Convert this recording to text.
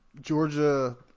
Georgia